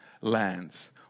lands